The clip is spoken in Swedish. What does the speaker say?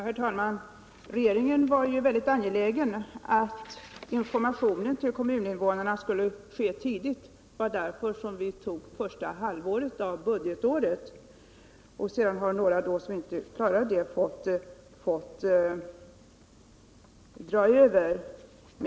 Herr talman! Regeringen var mycket angelägen om att informationen till kommuninvånarna skulle ske tidigt. Det var därför vi bestämde oss för första halvåret av budgetåret. Sedan har några som inte klarat detta fått dra över.